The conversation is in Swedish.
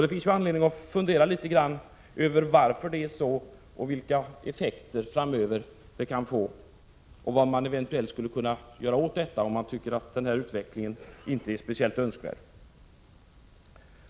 Det finns anledning att fundera något över varför det är så, vilka effekter det framöver kan få och vad man eventuellt kan göra åt detta, om man tycker att denna utveckling inte är särskilt önskvärd.